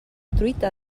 truita